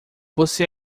você